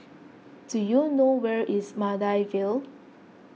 do you know where is Maida Vale